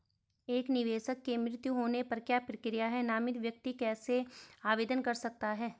एक निवेशक के मृत्यु होने पर क्या प्रक्रिया है नामित व्यक्ति कैसे आवेदन कर सकता है?